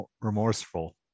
remorseful